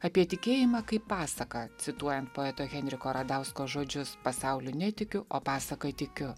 apie tikėjimą kaip pasaką cituojant poeto henriko radausko žodžius pasauliu netikiu o pasaka tikiu